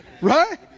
Right